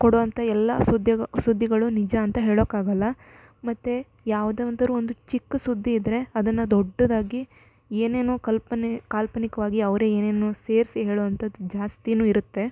ಕೊಡೋಂಥ ಎಲ್ಲ ಸುದ್ದಿ ಸುದ್ದಿಗಳು ನಿಜ ಅಂತ ಹೇಳೋಕ್ಕಾಗೋಲ್ಲ ಮತ್ತು ಯಾವ್ದೇ ಒಂದು ಒಂದು ಚಿಕ್ಕ ಸುದ್ದಿ ಇದ್ದರೆ ಅದನ್ನು ದೊಡ್ಡದಾಗಿ ಏನೇನೋ ಕಲ್ಪನೆ ಕಾಲ್ಪನಿಕವಾಗಿ ಅವರೇ ಏನೇನೋ ಸೇರಿಸಿ ಹೇಳುವಂಥದ್ದು ಜಾಸ್ತಿಯೂ ಇರುತ್ತೆ